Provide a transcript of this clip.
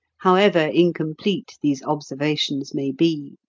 however incomplete these observations may be,